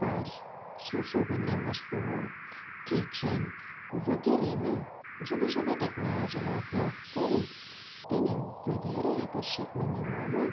purse સુશોભનની વસ્તુઓ keychain વગેરેમાં જુદી જુદી ટેકનોલોજીનો ઉપયોગ કરી તેને વધારે આકર્ષક બનાવવામાં